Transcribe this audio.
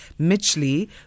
Mitchley